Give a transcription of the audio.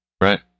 right